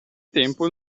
tempo